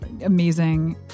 amazing